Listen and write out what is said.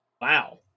Wow